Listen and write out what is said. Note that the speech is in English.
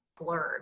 blurred